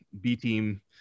B-team